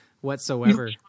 whatsoever